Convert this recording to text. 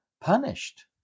punished